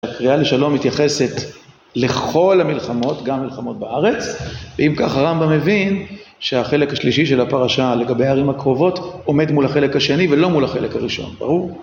הקריאה לשלום מתייחסת לכל המלחמות גם מלחמות בארץ ואם כך הרמבם מבין שהחלק השלישי של הפרשה לגבי הערים הקרובות עומד מול החלק השני ולא מול החלק הראשון ברור